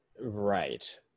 Right